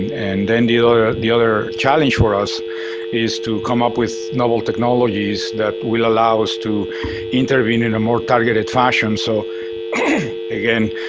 and then yeah the other challenge for us is to come up with novel technologies that will allow us to intervene in a more targeted fashion. so again,